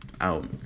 out